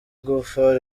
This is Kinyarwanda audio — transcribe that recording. igufa